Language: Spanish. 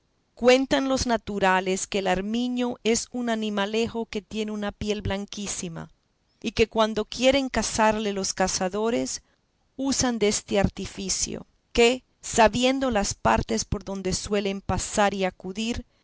cuentan los naturales que el arminio es un animalejo que tiene una piel blanquísima y que cuando quieren cazarle los cazadores usan deste artificio que sabiendo las partes por donde suele pasar y acudir